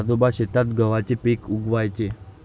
आजोबा शेतात गव्हाचे पीक उगवयाचे